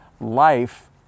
life